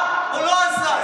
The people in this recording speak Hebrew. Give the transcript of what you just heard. מה עם מה שביבי עשה או לא עשה?